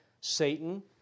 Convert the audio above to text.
Satan